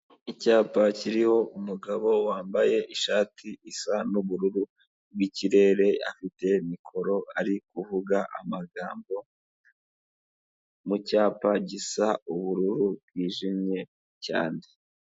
Icyapa kiriho umugabo wambaye ishati isa n'ubururu bw'ikirere, afite mikoro ari kuvuga amagambo, mu cyapa gisa ubururu bwijimye cyane.